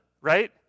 right